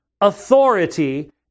authority